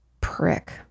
prick